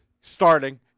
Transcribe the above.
Starting